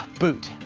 boot,